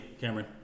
Cameron